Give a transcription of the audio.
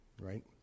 right